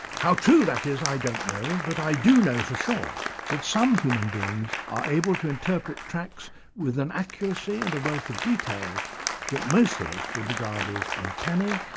how true that is i don't know, but i do know for sure that some human beings are able to interpret tracks with an accuracy and a wealth of detail that most of us would regard as uncanny,